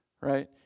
right